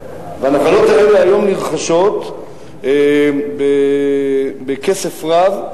והנחלות האלה היום נרכשות בכסף רב,